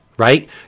Right